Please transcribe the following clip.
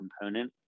component